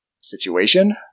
situation